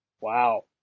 Wow